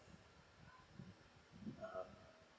(uh huh)